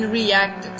react